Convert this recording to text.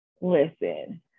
Listen